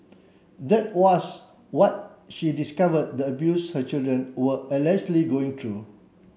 that was what she discovered the abuse her children were allegedly going through